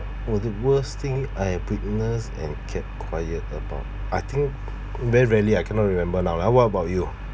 what are the worst thing I have witnessed and kept quiet about I think very rarely I cannot remember now lah what about you